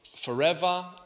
forever